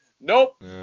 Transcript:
Nope